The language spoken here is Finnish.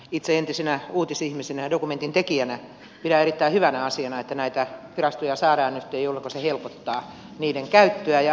itse entisenä uutisihmisenä ja dokumentintekijänä pidän erittäin hyvänä asiana että näitä virastoja saadaan yhteen jolloinka se helpottaa niiden käyttöä ja arkistoiden käyttöä